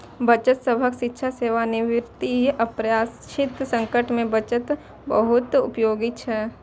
बच्चा सभक शिक्षा, सेवानिवृत्ति, अप्रत्याशित संकट मे बचत बहुत उपयोगी होइ छै